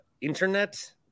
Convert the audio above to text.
Internet